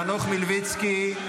חנוך מלביצקי,